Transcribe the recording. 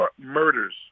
murders